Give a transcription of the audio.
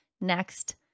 next